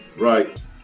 Right